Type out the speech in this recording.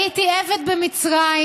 הייתי עבד במצרים,